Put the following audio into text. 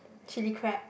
chilli crab